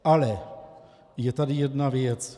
Ale je tady jedna věc.